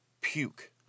puke